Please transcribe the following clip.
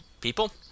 people